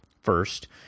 First